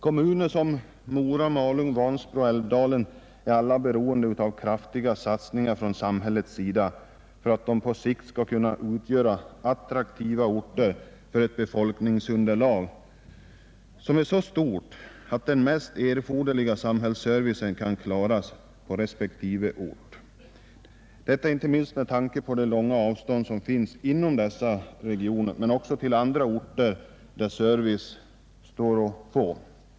Kommuner som Mora, Malung, Vansbro och Älvdalen är alla beroende av kraftiga satsningar från samhällets sida för att de på sikt skall kunna utgöra attraktiva orter för ett befolkningsunderlag som är så stort att den mest behövliga samhällsservicen kan klaras på respektive ort — detta inte minst med tanke på de långa avstånden inom dessa regioner men också till andra orter där service står att få.